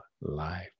life